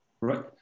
right